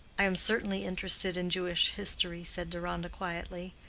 i am certainly interested in jewish history, said deronda, quietly,